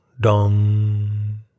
dong